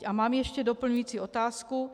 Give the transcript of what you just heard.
A mám ještě doplňující otázku.